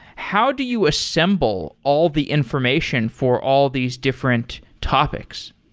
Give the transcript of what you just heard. how do you assemble all the information for all these different topics?